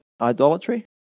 idolatry